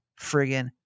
friggin